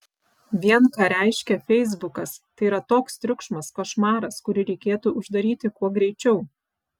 vien ką reiškia feisbukas tai yra toks triukšmas košmaras kurį reikėtų uždaryti kuo greičiau